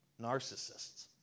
narcissists